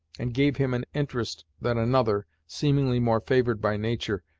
and gave him an interest that another, seemingly more favored by nature,